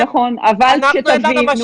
אנחנו --- אנחנו צריכים להבין